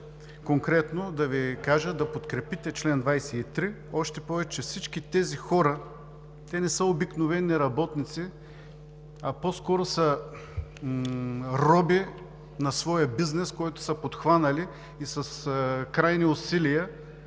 конкретно да Ви кажа да подкрепите чл. 23, още повече че всички тези хора не са обикновени работници, а по-скоро са роби на своя бизнес, който са подхванали, и с крайни усилия